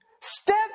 Step